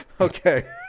Okay